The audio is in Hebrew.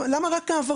לא רק העברות,